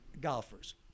golfers